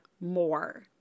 more